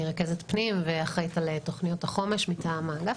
אני רכזת פנים ואחראית על תוכניות החומש מטעם האגף.